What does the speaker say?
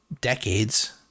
decades